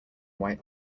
white